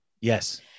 Yes